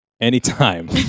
Anytime